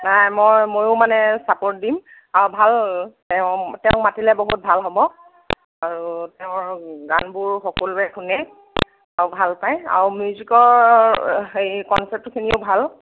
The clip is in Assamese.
নাই মই ময়ো মানে ছাপোৰ্ট দিম আৰু ভাল তেওঁ তেওঁক মাতিলে বহুত ভাল হ'ব আৰু তেওঁৰ গানবোৰ সকলোৱে শুনে আৰু ভাল পায় আৰু মিউজিকৰ হেৰি কনচেপ্টখিনিও ভাল